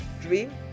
dream